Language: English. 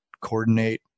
coordinate